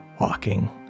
walking